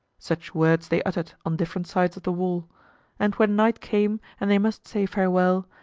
such words they uttered on different sides of the wall and when night came and they must say farewell,